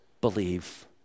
believe